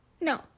No